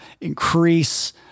increase